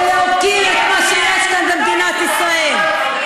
ולהוקיר את מה שיש כאן, במדינת ישראל.